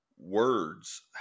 Words